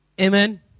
Amen